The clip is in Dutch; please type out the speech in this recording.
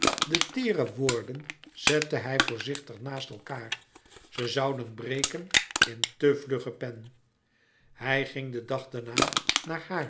de teêre woorden zette hij voorzichtig naast elkaâr ze zouden breken in te vlugge pen hij ging den dag daarna naar